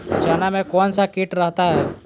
चना में कौन सा किट रहता है?